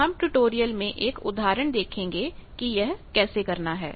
हम ट्यूटोरियल में एक उदाहरण देखेंगे कि यह कैसे करना है